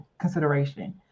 consideration